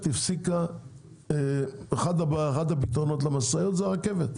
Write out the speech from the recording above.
אחד הפתרונות למסוע זה הרכבת.